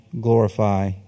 glorify